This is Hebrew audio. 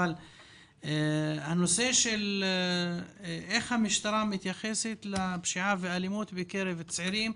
אבל השאלה היא איך המשטרה מתייחסת לפשיעה ולאלימות בקרב הצעירים,